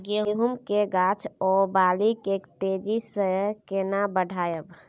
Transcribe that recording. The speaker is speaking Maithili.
गेहूं के गाछ ओ बाली के तेजी से केना बढ़ाइब?